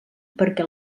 perquè